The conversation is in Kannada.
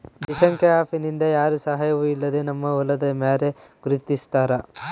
ದಿಶಾಂಕ ಆ್ಯಪ್ ನಿಂದ ಯಾರ ಸಹಾಯವೂ ಇಲ್ಲದೆ ನಮ್ಮ ಹೊಲದ ಮ್ಯಾರೆ ಗುರುತಿಸ್ತಾರ